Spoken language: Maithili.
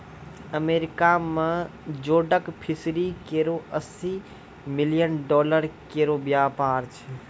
अमेरिका में जोडक फिशरी केरो अस्सी मिलियन डॉलर केरो व्यापार छै